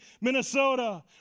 Minnesota